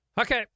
okay